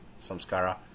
samskara